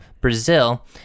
Brazil